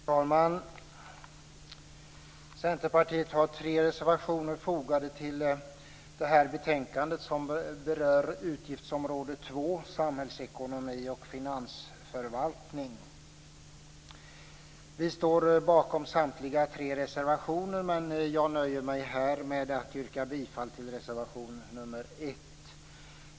Fru talman! Centerpartiet har tre reservationer fogade till betänkandet som berör utgiftsområde 2, Samhällsekonomi och finansförvaltning. Vi står bakom samtliga tre reservationer, men jag nöjer mig med att här yrka bifall till reservation nr 1.